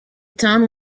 town